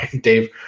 Dave